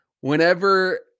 whenever